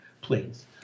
please